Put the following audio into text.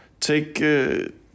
Take